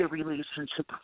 relationship